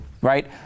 right